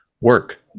work